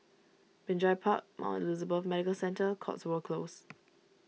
Binjai Park Mount Elizabeth Medical Centre Cotswold Close